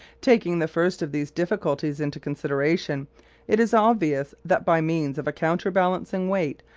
taking the first of these difficulties into consideration it is obvious that by means of a counterbalancing weight,